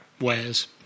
wares